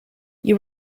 you